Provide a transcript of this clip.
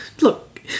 look